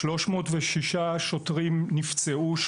306 שוטרים נפצעו,